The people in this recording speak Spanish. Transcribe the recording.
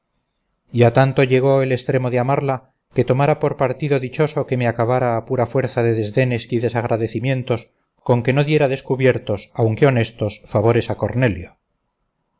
a tanto llegó el estremo de amarla que tomara por partido dichoso que me acabara a pura fuerza de desdenes y desagradecimientos con que no diera descubiertos aunque honestos favores a cornelio